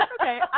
Okay